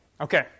Okay